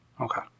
Okay